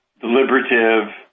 deliberative